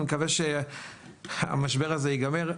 אני מקווה שהמשבר הזה ייגמר.